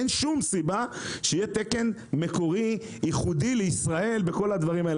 אין שום סיבה שיהיה תקן מקורי ייחודי לישראל בכל הדברים האלה.